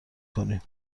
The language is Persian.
کنیم